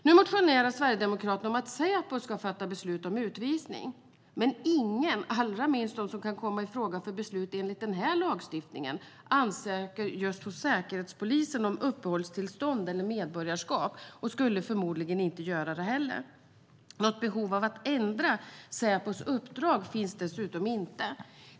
Nu motionerar Sverigedemokraterna om att Säpo ska fatta beslut om utvisning. Men ingen, allra minst de som kan komma i fråga för beslut enligt den här lagstiftningen, ansöker hos Säkerhetspolisen om uppehållstillstånd eller medborgarskap - och skulle förmodligen inte göra det heller. Något behov av att ändra Säpos uppdrag finns dessutom inte.